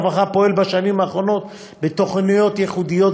הרווחה והשירותים החברתיים פועל בשנים האחרונות בתוכניות ייחודיות